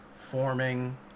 forming